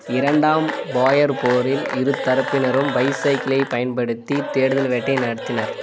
இரண்டாம் பாயர் போரில் இரு தரப்பினரும் பைசைக்கிளைப் பயன்படுத்தி தேடுதல் வேட்டை நடத்தினர்